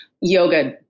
yoga